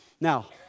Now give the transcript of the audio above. Now